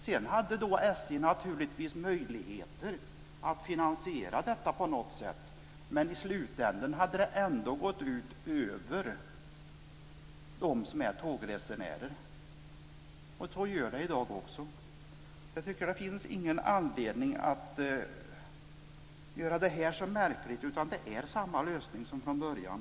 SJ hade naturligtvis möjligheter att på något sätt finansiera detta, men det skulle ändå i slutänden gå ut över tågresenärerna. Så är det också i dag. Jag tycker att det inte finns någon anledning att göra det här till något märkligt. Det är fråga om samma lösning som fanns från början.